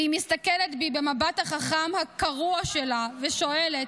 והיא מסתכלת בי במבט החכם, הקרוע שלה, ושואלת: